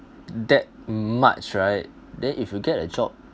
that much right then if you get a job